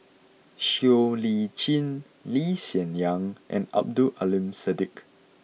Siow Lee Chin Lee Hsien Yang and Abdul Aleem Siddique